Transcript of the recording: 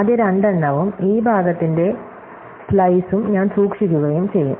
ആദ്യ രണ്ടെണ്ണവും ഈ ഭാഗത്തിന്റെ സ്ലൈസ് ഉം ഞാൻ സൂക്ഷിക്കുകയും ചെയ്യും